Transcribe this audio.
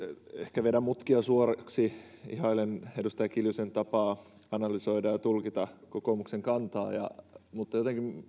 ehkä vedän mutkia suoriksi ihailen edustaja kiljusen tapaa analysoida ja tulkita kokoomuksen kantaa mutta jotenkin